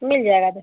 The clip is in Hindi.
मिल जाएगा तो